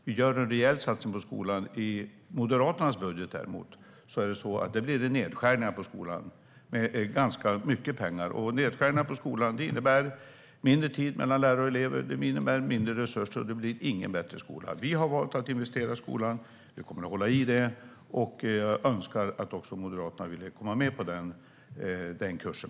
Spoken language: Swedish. Vi gör en rejäl satsning på skolan. I Moderaternas budget, däremot, blir det nedskärningar på skolan med ganska mycket pengar. Nedskärningar på skolan innebär mindre tid mellan lärare och elever och mindre resurser. Det blir ingen bättre skola. Vi har valt att investera i skolan. Vi kommer att hålla i det, och jag önskar att även Moderaterna ville komma med på den kursen.